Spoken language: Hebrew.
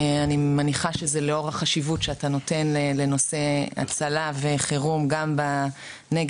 אני מניחה שזה לאור החשיבות שאתה נותן לנושא הצלה וחירום בנגב,